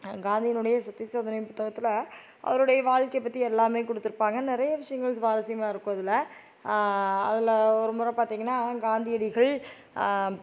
காந்தியினுடைய சத்திய சோதனை புத்தகத்ததில் அவருடைய வாழ்க்கையை பற்றி எல்லாமே கொடுத்துருப்பாங்க நிறைய விஷியங்கள் சுவாரசியமாக இருக்கும் அதில் அதில் ஒரு முறை பார்த்தீங்கன்னா காந்தியடிகள்